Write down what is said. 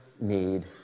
need